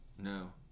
No